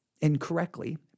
incorrectly